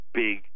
big